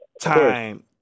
time